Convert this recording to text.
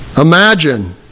Imagine